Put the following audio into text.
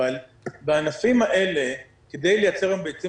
אבל בענפים האלה כדי לייצר היום ביצים